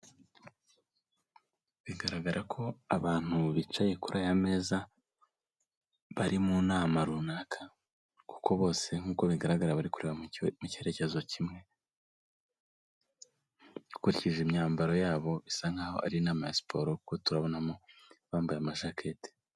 Bigaragara ko abantu bicaye kuri aya meza bari mu nama runaka, kuko bose nk'ukobigaragara bari kureba mu cyerekezo kimwe, dukurikije imyambaro yabo bisa nkaho ari inama ya siporo kuko turabonamo abambaye ama jaketi.